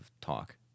talk